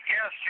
Yes